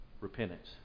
Repentance